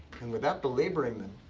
and without belaboring them.